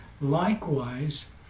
Likewise